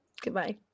goodbye